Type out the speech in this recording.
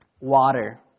water